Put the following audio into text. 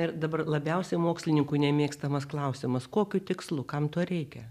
ir dabar labiausiai mokslininkų nemėgstamas klausimas kokiu tikslu kam to reikia